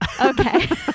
Okay